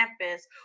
campus